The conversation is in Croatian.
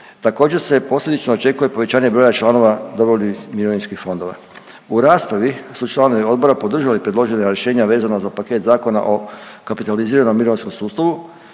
Također se posljedično očekuje povećanje broja članova dobrovoljnih mirovinskih fondova. U raspravi su članovi odbora podržali predložena rješenja vezano za paket zakona o kapitaliziranom mirovinskom sustavu